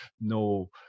no